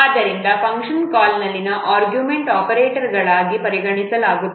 ಆದ್ದರಿಂದ function call ಅಲ್ಲಿನ ಆರ್ಗ್ಯುಮೆಂಟ್ಗಳನ್ನು ಒಪೆರಾಂಡ್ಗಳಾಗಿ ಪರಿಗಣಿಸಲಾಗುತ್ತದೆ